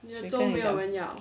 谁跟你讲